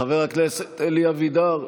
חבר הכנסת אלי אבידר,